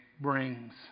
brings